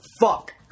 Fuck